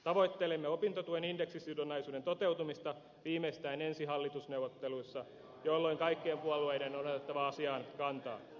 tavoittelemme opintotuen indeksisidonnaisuuden toteutumista viimeistään ensi hallitusneuvotteluissa jolloin kaikkien puolueiden on otettava asiaan kantaa